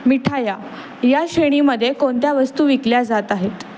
मिठाया या श्रेणीमध्ये कोणत्या वस्तू विकल्या जात आहेत